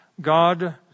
God